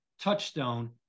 Touchstone